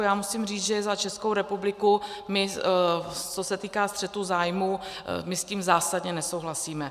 Já musím říct, že za Českou republiku my, co se týká střetu zájmů, s tím zásadně nesouhlasíme.